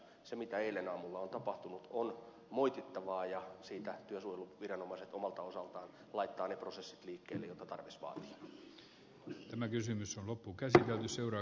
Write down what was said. se mitä eilen aamulla on tapahtunut on moitittavaa ja siitä työsuojeluviranomaiset omalta osaltaan laittavat ne prosessit liikkeelle joita tarvis vaatii